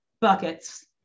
buckets